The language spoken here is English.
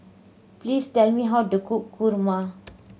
please tell me how to cook kurma